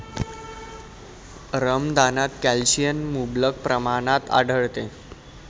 रमदानात कॅल्शियम मुबलक प्रमाणात आढळते